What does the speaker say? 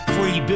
Free